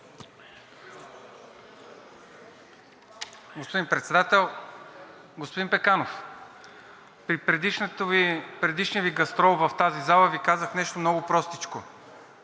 Господин Председател! Господин Пеканов, при предишния Ви гастрол в тази зала Ви казах нещо много простичко,